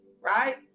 right